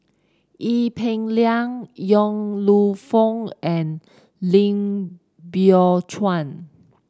Ee Peng Liang Yong Lew Foong and Lim Biow Chuan